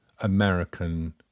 American